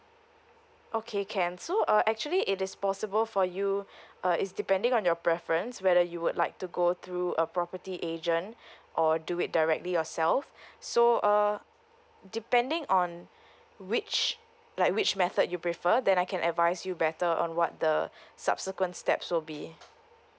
okay can so uh actually it is possible for you uh is depending on your preference whether you would like to go through a property agent or do it directly yourself so uh depending on which like which method you prefer then I can advise you better on what the subsequent steps will be